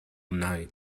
night